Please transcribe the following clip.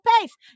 pace